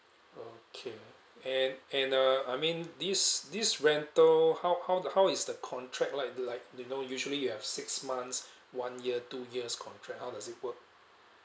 okay and and uh I mean this this rental how how how is the contract like like you know usually you have six months one year two years contract how does it work